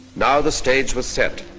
now the stage was set,